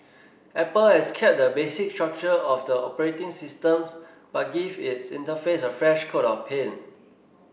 apple has kept the basic structure of the operating systems but give its interface a fresh coat of paint